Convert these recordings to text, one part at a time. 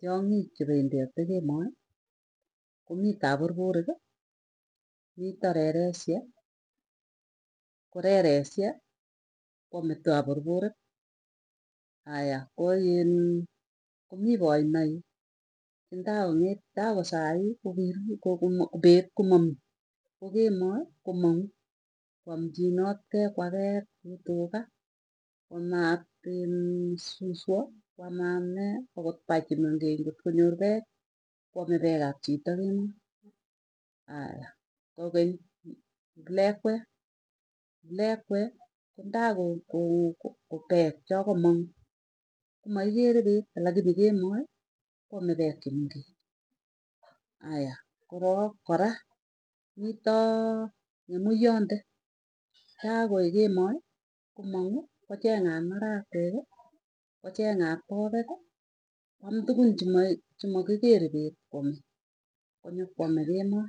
Tiong'iik chependiote kemoi komii tapurpuriki, mito reresie. Ko reresie kwame tapurpurik aya koin komii poinaik, chandakong'et tako sai kokirui pet komamii ko kemoi komang'u. Kwamchinotkei kwaket kuu tuga kwamat iin suswa kwamat nee akot pai chemengech ngot konyor pek, kwame pek ap chito kininy. Aya kokeny plekwe, plekwee konda ko koo peet chakamong, komaikere peet alakini kemoi, kwame peek chemengech. Aya korok kora, mitoo ng'emuyonde ayakoek kemoi komong'u kocheng'an marakweki, kocheng'at popeki kwam tukun chemakikere peet kwameikonyokwame kemoi.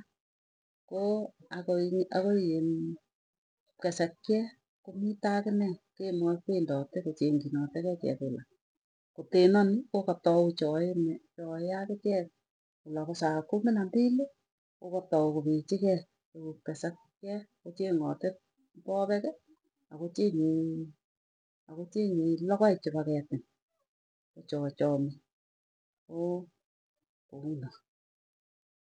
Koo ako akoin kesekyee komito akine kemoi kwendote kocheng'chinotikei chekula, kotenani kokatau chae ne chae akichekolopo saa kumi na mbili kokatau kopechigei tukupkapchee kocheng'ate pokeki, ako cheng'e akocheng'e iin logoek chepo ketin kochoe chami koo kounoe.